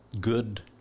good